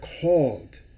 called